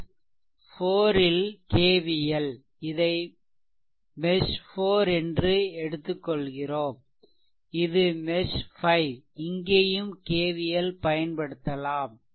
mesh 4 ல் KVL இதை mesh 4 என்று எடுத்துக்கொள்கிறோம் இது மெஷ் 5 இங்கேயும் KVL பயன்படுத்தலாம்